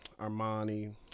Armani